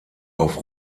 auf